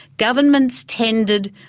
governments tended,